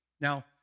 Now